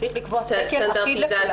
צריך לקבוע תקן אחיד לכולם.